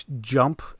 jump